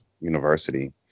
University